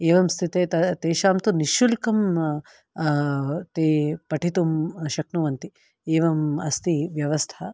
एवं स्थिते तेषां तु निशुल्कं ते पठितुं शक्नुवन्ति एवम् अस्ति व्यवस्था